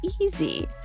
easy